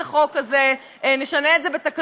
בשביל מה צריך את החוק הזה, נשנה את זה בתקנות.